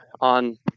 on